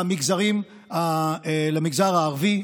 למגזר הערבי,